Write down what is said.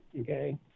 okay